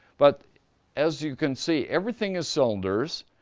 but as you can see, everything is cylinders.